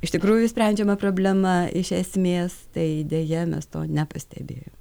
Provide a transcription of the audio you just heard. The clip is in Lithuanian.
iš tikrųjų sprendžiama problema iš esmės tai deja mes to nepastebėjom